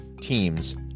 teams